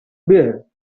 bear